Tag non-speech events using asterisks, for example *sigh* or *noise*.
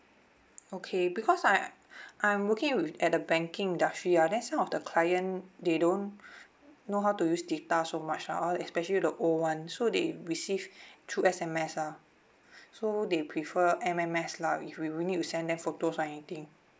okay because I *breath* I'm working with at the banking industry ah then some of the client they don't *breath* know how to use data so much lah especially the old ones so they receive *breath* through S_M_S lah so they prefer M_M_S lah if we we need to send them photos or anything